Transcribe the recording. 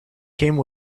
came